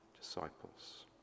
disciples